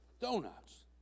donuts